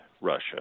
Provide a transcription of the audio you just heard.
Russia